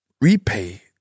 repay